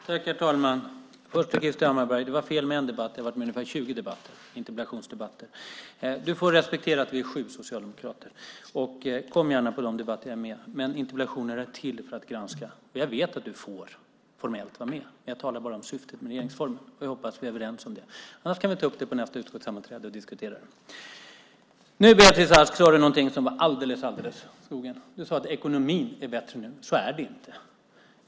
Herr talman! Först vill jag säga till Krister Hammarbergh: Det var fel när du sade en debatt. Jag har varit med i ungefär 20 interpellationsdebatter. Du får respektera att vi är sju socialdemokrater. Kom gärna på de debatter jag är med i, men interpellationerna är till för att granska. Jag vet att du formellt får vara med. Jag talar bara om syftet med regeringsformen. Jag hoppas att vi är överens om det. Annars kan vi ta upp det på nästa utskottssammanträde och diskutera det. Nu, Beatrice Ask, sade du något som var alldeles åt skogen. Du sade att ekonomin är bättre nu. Så är det inte.